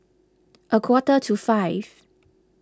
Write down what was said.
a quarter to five